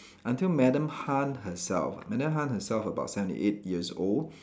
until Madam Han herself Madam Han herself about seventy eight years old